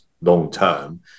long-term